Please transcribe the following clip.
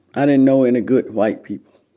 i didn't know any good white people,